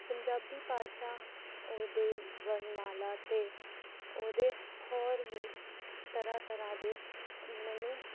ਪੰਜਾਬੀ ਭਾਸ਼ਾ ਉਹਦੇ ਵਰਣਮਾਲਾ ਅਤੇ ਉਹਦੇ ਹੋਰ ਵੀ ਤਰ੍ਹਾਂ ਤਰ੍ਹਾਂ ਦੇ ਮੈਨੂੰ